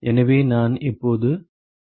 எனவே நான் இப்போது அதற்கு மேல் செல்லமாட்டேன்